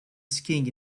skiing